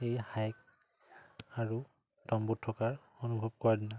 এই হাইক আৰু তম্বুত থকাৰ অনুভৱ কৰা দিনা